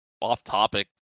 Off-topic